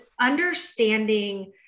understanding